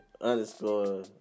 underscore